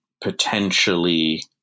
potentially